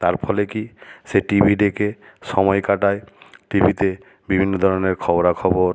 তার ফলে কী সে টিভি দেখে সময় কাটায় টিভিতে বিভিন্ন ধরনের খবরাখবর